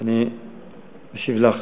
אני משיב לך,